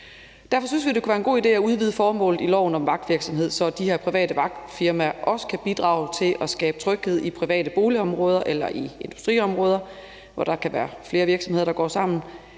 Derfor synes vi, det kunne være en god idé at udvide formålet i loven om vagtvirksomhed, så de her private vagtfirmaer også kan bidrage til at skabe tryghed i private boligområder eller i industriområder, hvor der kan være flere virksomheder, der går sammen.